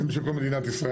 הם של כל מדינת ישראל.